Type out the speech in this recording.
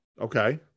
Okay